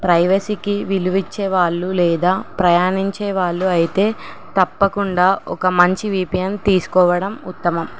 ప్రైవసీకి విలువచ్చేవాళ్ళు లేదా ప్రయాణించే వాళ్ళు అయితే తప్పకుండా ఒక మంచి విపిఎన్ తీసుకోవడం ఉత్తమం